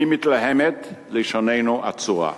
היא מתלהמת, לשוננו עצורה,